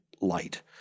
light